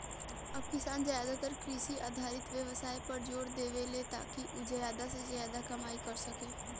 अब किसान ज्यादातर कृषि आधारित व्यवसाय पर जोर देवेले, ताकि उ ज्यादा से ज्यादा कमाई कर सके